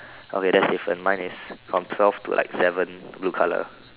okay that's different mine is from twelve to like seven blue color